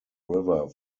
river